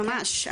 ממש.